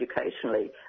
educationally